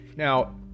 Now